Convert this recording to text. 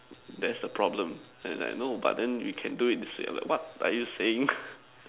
that's the problem and then like no but then you can do it this way I'm like what are you saying